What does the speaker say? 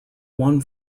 one